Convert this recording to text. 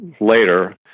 later